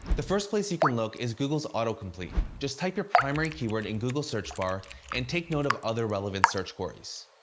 the first place you can look is google's autocomplete. just type your primary keyword in google's search bar and take note of other relevant search queries.